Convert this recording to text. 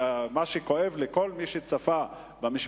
מה שכואב לי: כל מי שצפה במשפחה,